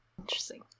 Interesting